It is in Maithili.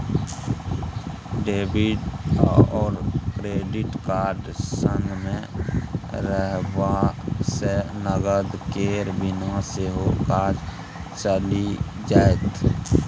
डेबिट आओर क्रेडिट कार्ड संगमे रहबासँ नगद केर बिना सेहो काज चलि जाएत